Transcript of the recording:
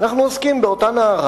רק שלא ידבר עכשיו בטלפון.